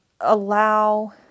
allow